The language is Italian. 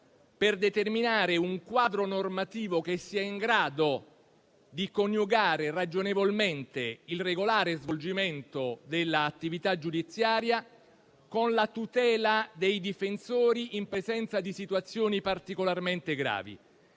per determinare un quadro normativo che sia in grado di coniugare ragionevolmente il regolare svolgimento dell'attività giudiziaria con la tutela dei difensori in presenza di situazioni particolarmente gravi.